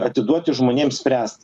atiduoti žmonėm spręst